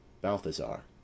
Balthazar